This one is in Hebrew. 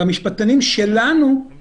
אבל המשפטנים שלנו לא